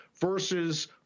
versus